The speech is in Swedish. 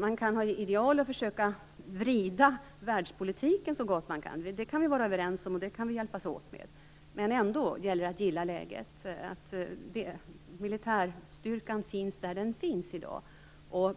Man kan ha ideal och försöka vrida världspolitiken så gott man kan - det kan vi vara överens om och hjälpas åt med. Men ändå gäller det att gilla läget. Militärstyrkan finns där den finns i dag.